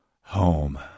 home